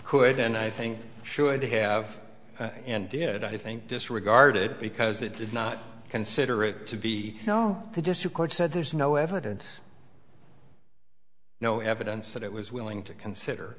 could and i think should have and did i think disregard it because it did not consider it to be you know the district court said there's no evidence no evidence that it was willing to consider